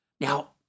Now